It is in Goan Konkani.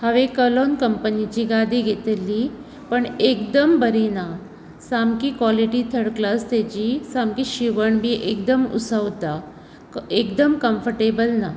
हांवें कलोन कंपनिची गादी गेतिल्ली पण एकदम बरी ना सामकी क्वॉलिटी थर्ड क्लास ताजी सामकी शिवण बिन एकदम उसवतां एकदम कंफ्टेबल ना